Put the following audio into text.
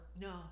No